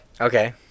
okay